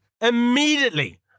immediately